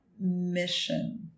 mission